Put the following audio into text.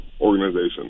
organization